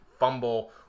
fumble